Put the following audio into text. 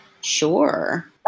Sure